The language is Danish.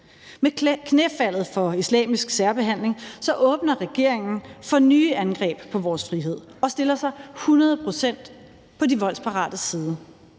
Med knæfaldet for islamisk særbehandling åbner regeringen for nye angreb på vores frihed og stiller sig hundrede procent på de voldsparates side.